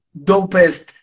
dopest